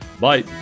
Bye